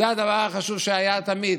זה הדבר החשוב שהיה תמיד.